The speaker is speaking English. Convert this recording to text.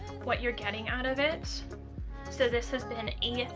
what you're getting out of it so this has been a